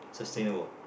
sustainable